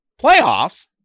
playoffs